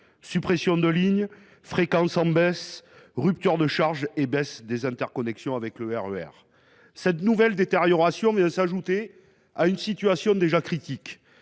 suppressions de lignes, fréquences en baisse, ruptures de charge et baisses des interconnexions avec le réseau express régional (RER). Cette nouvelle détérioration vient s’ajouter à une situation déjà critique,